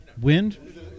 wind